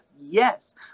yes